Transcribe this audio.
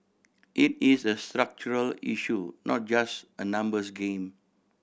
it is a structural issue not just a numbers game